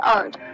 art